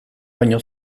baino